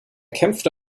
kämpfte